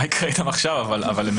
אני לא יודע מה יקרה איתם עכשיו אבל הם